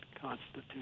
constitution